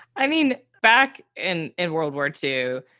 i mean, back in in world war two.